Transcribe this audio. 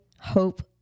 hope